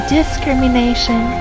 discrimination